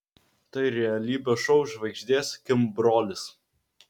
tai realybės šou žvaigždės kim brolis